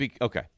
Okay